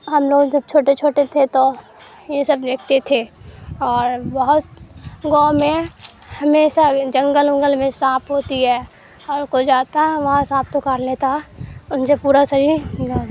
ہم لوگ جب چھوٹے چھوٹے تھے تو یہ سب دیکھتے تھے اور بہت گاؤں میں ہمیشہ جنگل ونگل میں سانپ ہوتی ہے اور کو جاتا وہاں سانپ تو کاٹ لیتا ان سے پورا شریر